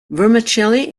vermicelli